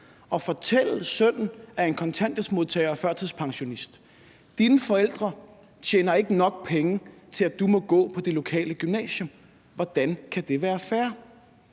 at fortælle sønnen af en kontanthjælpsmodtager og førtidspensionist: Dine forældre tjener ikke nok penge til, at du må gå på det lokale gymnasium? Hvordan kan det være fair?